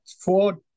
four